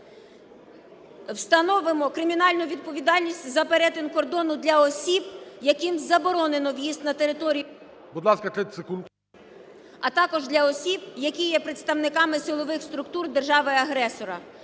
встановлено кримінальну відповідальність за перетин кордону для осіб, яким заборонено в'їзд на територію України, а також для осіб, які є представниками силових структур держави-агресора.